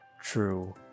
true